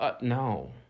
no